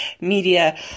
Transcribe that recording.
media